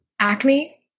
acne